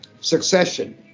Succession